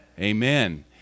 Amen